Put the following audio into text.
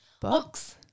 books